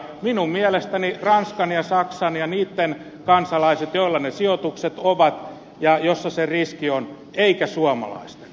minun mielestäni ranskan ja saksan ja niitten kansalaisten joilla ne sijoitukset on ja joilla se riski on eikä suomalaisten